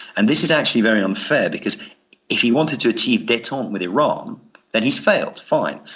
and this is actually very unfair, because if he wanted to achieve detente with iran then he's failed, fine.